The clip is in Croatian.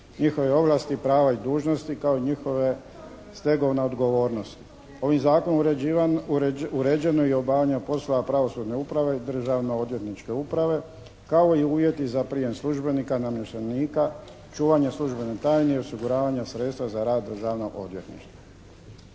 njihovih ovlasti, prava i dužnosti kao i njihove stegovne odgovornosti. Ovim Zakonom uređeno je i obavljanje poslova pravosudne uprave, Državno-odvjetničke uprave kao i uvjeti za prijem službenika, namještenika, čuvanje službene tajne i osiguravanja sredstva za rad Državnog odvjetništva.